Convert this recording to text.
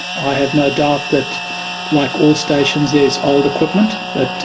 i have no doubt that like all stations there's old equipment that